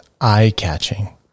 eye-catching